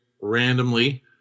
randomly